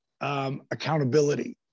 accountability